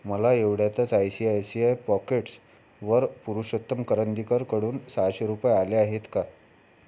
मला एवढ्यातच I C I C I पॉकेट्सवर पुरुषोत्तम करंदीकरकडून सहाशे रुपये आले आहेत का